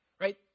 right